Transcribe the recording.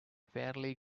fairly